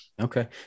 Okay